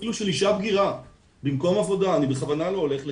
אפילו של אישה בגירה במקום עבודה אני בכוונה לא הולך לקטין,